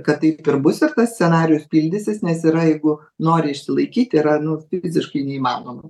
kad taip dar bus ir tas scenarijus pildysis nes yra jeigu nori išsilaikyti yra nu fiziškai neįmanoma